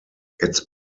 its